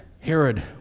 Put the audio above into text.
Herod